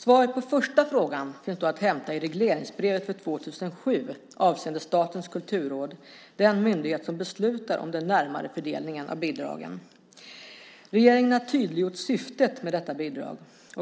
Svaret på den första frågan finns att hämta i regleringsbrevet för 2007 avseende Statens kulturråd, den myndighet som beslutar om den närmare fördelningen av bidraget. Regeringen har tydliggjort syftet med detta bidrag.